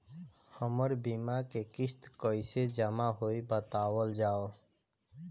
हमर बीमा के किस्त कइसे जमा होई बतावल जाओ?